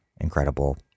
incredible